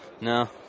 no